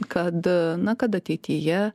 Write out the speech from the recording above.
kad na kad ateityje